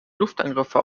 luftangriffe